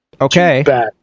Okay